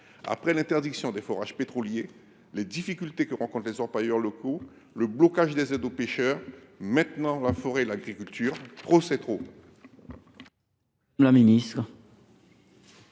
Après l’interdiction des forages pétroliers, les difficultés que rencontrent les orpailleurs légaux, le blocage des aides aux pêcheurs, maintenant, nous en arrivons à